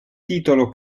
titolo